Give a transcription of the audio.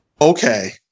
okay